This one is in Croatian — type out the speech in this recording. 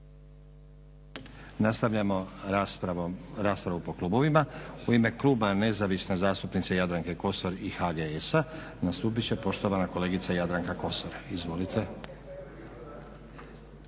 Nastavljamo raspravu po klubovima. U ime Kluba nezavisne zastupnice Jadranke Kosor i HGS-a nastupit će poštovana kolegica Jadranka Kosor. Izvolite.